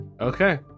okay